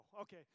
Okay